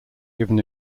given